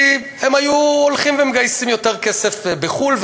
כי הם היו מגייסים יותר כסף בחו"ל,